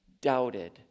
doubted